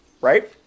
right